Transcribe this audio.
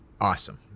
Awesome